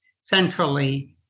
centrally